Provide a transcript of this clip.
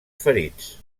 ferits